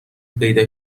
پیدا